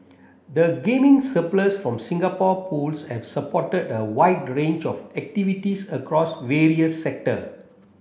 the gaming surplus from Singapore Pools have supported a wide range of activities across various sector